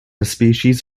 species